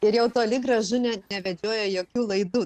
ir jau toli gražu ne nevedžioja jokių laidų